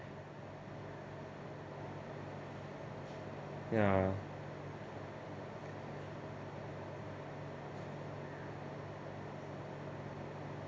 ya